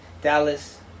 Dallas